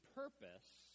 purpose